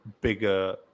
bigger